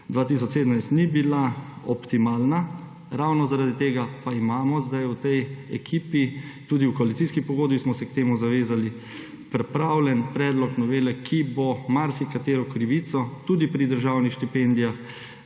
2017 ni bila optimalna, ravno zaradi tega pa imamo zdaj v tej ekipi, tudi v koalicijski pogodbi smo se k temu zavezali, pripravljen predlog novele, ki bo marsikatero krivico tudi pri državnih štipendijah,